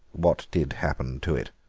what did happen to it?